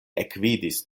ekvidis